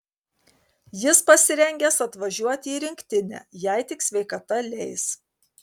jis pasirengęs atvažiuoti į rinktinę jei tik sveikata leis